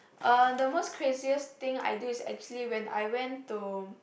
uh the most craziest thing I did is when I went to